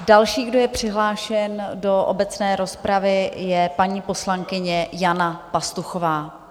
Další, kdo je přihlášen do obecné rozpravy, je paní poslankyně Jana Pastuchová.